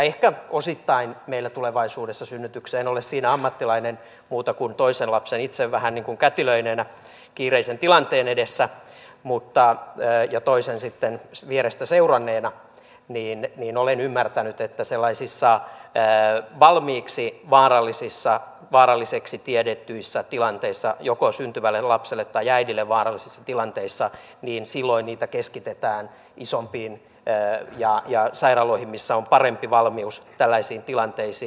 ehkä osittain meillä tulevaisuudessa synnytyksiä en ole siinä ammattilainen muuta kuin toisen lapsen itse vähän niin kuin kätilöineenä kiireisen tilanteen edessä ja toisen sitten vierestä seuranneena näin olen ymmärtänyt sellaisissa valmiiksi vaaralliseksi tiedetyissä tilanteissa joko syntyvälle lapselle tai äidille vaarallisissa tilanteissa keskitetään isompiin sairaaloihin missä on parempi valmius tällaisiin tilanteisiin